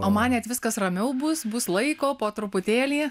o manėt viskas ramiau bus bus laiko po truputėlį